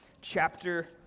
chapter